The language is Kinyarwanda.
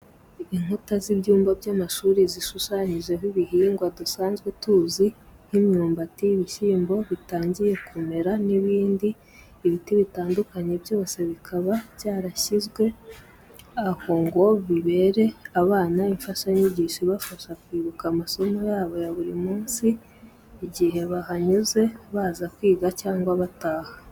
Inkuta z'ibyumba by'amashuri zishushanyijeho ibihingwa dusanzwe tuzi nk'imyumbati, ibishyimbo bitangiye kumera n'ibindi. Ibiti bitandukanye byose bikaba byarashyizwe aha ngo bibere abana imfashanyigisho ibafasha kwibuka amasomo yabo ya buri munsi igihe bahanyuze baza kwiga cyangwa bataha.